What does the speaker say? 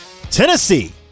tennessee